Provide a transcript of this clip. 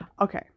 okay